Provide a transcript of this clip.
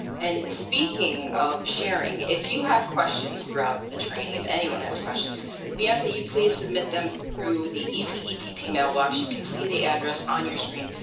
and speaking of sharing if you have questions throughout the training if anyone has questions we ask that you please submit them through the ecetp mailbox. you can see the address on your screen.